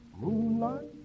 Moonlight